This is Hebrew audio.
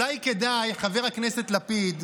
חבר הכנסת לפיד,